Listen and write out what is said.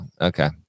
Okay